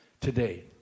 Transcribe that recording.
today